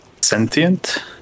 sentient